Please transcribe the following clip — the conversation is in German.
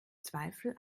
zweifel